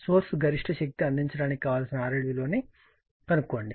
source గరిష్ట శక్తి అందించడానికి కావలసిన RL విలువను కనుగొనండి